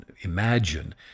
imagine